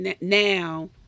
now